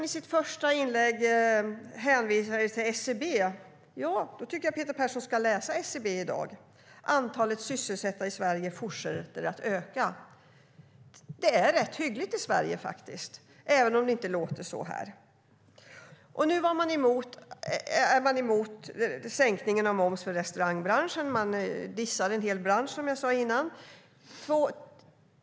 I sitt första inlägg hänvisade Peter Persson till SCB. Jag tycker att Peter Persson ska läsa SCB i dag. Antalet sysselsatta i Sverige fortsätter att öka. Det är faktiskt rätt hyggligt i Sverige - även om det inte låter så här i kammaren. Nu är Socialdemokraterna emot sänkningen av moms för restaurangbranschen. De dissar en hel bransch, som jag sade innan.